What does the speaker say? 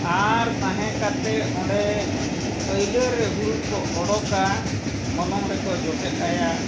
ᱟᱨ ᱛᱟᱦᱮᱸ ᱠᱟᱛᱮᱫ ᱚᱸᱰᱮ ᱯᱟᱹᱭᱞᱟᱹ ᱨᱮ ᱦᱩᱲᱩ ᱠᱚ ᱚᱰᱚᱠᱟ ᱢᱚᱞᱚᱝ ᱨᱮᱠᱚ ᱡᱚᱴᱮᱫ ᱟᱭᱟ